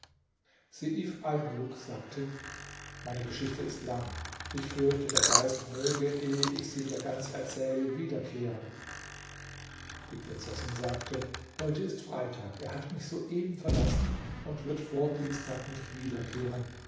sagte meine geschichte ist lang ich fürchte der geist möge ehe ich sie dir ganz erzähle wiederkehren die prinzessin sagte heute ist freitag er hat mich soeben verlassen und wird vor dienstag nicht wiederkehren